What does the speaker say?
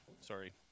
sorry